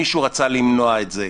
מישהו רצה למנוע את זה.